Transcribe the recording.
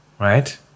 right